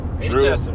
True